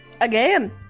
Again